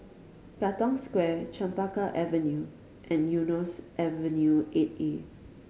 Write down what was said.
Katong Square Chempaka Avenue and Eunos Avenue Eight A